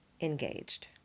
engaged